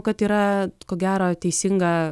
kad yra ko gero teisinga